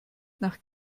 nach